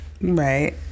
Right